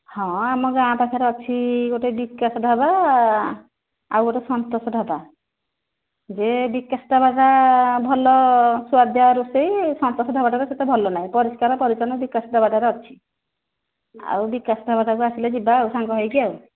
ହଁ ଆମ ଗାଁ ପାଖରେ ଅଛି ଗୋଟେ ବିକାଶ ଢ଼ାବା ଆଉ ଗୋଟେ ସନ୍ତୋଷ ଢ଼ାବା ଯେ ବିକାଶ ଢ଼ାବାଟା ଭଲ ସୁଆଦିଆ ରୋଷେଇ ସନ୍ତୋଷ ଢ଼ାବାଟାରେ ସେତେ ଭଲ ନାହିଁ ପରିଷ୍କାର ପରିଚ୍ଛନ୍ନ ବିକାଶ ଢ଼ାବାଟାରେ ଅଛି ଆଉ ବିକାଶ ଢ଼ାବାଟାକୁ ଆସିଲେ ଯିବା ଆଉ ସାଙ୍ଗ ହୋଇକି ଆଉ